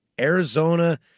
Arizona